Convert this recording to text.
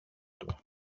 του